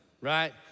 right